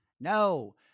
No